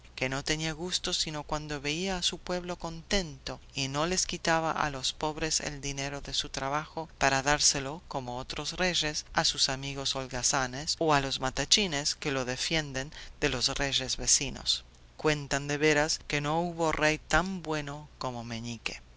que no tenía gusto sino cuando veía a su pueblo contento y no les quitaba a los pobres el dinero de su trabajo para dárselo como otros reyes a sus amigos holgazanes o a los matachines que lo defienden de los reyes vecinos cuentan de veras que no hubo rey tan bueno como meñique